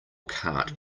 cart